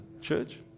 church